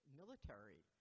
military